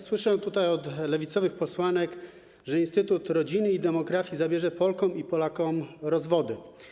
Słyszę od lewicowych posłanek, że instytut rodziny i demografii zabierze Polkom i Polakom rozwody.